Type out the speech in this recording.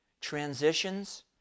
Transitions